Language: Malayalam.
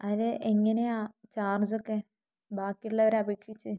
അതിന് എങ്ങനെയാണ് ചാർജൊക്കെ ബാക്കിയുള്ളവരെ അപേക്ഷിച്ച്